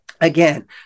Again